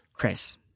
Chris